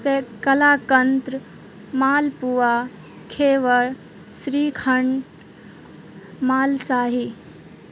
kalakand malpua ghevar shrikhand مال شاہی